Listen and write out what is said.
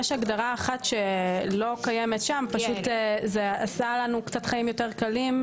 יש הגדרה אחת שלא קיימת שם זה עשה לנו חיים יותר קלים,